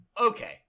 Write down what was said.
okay